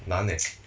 难 eh